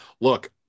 look